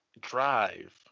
drive